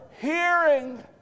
hearing